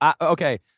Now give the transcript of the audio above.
okay